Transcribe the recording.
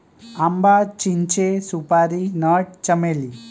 आंबा, चिंचे, सुपारी नट, चमेली